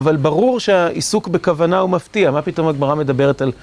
אבל ברור שהעיסוק בכוונה הוא מפתיע, מה פתאום הגמרא מדברת על...